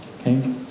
okay